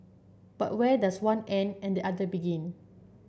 but where does one end and the other begin